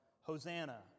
Hosanna